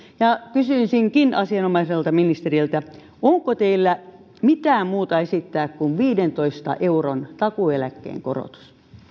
ja kysyisinkin asianomaiselta ministeriltä onko teillä esittää mitään muuta kuin viidentoista euron takuueläkkeen korotus